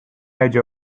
edge